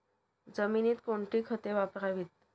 जमिनीत कोणती खते वापरावीत?